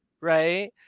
right